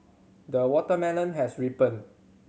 the watermelon has ripened